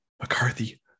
McCarthy